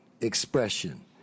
expression